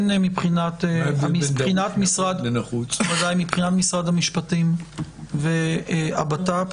מבחינת משרד המשפטים והבט"פ,